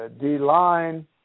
D-line